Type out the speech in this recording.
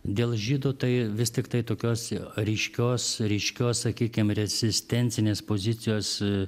dėl žydų tai vis tiktai tokios ryškios ryškios sakykim rezistencinės pozicijos